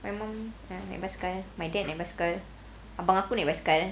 my mum naik bicycle my dad naik bicycle abang aku naik bicycle